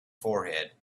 forehead